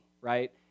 right